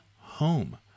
home